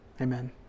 amen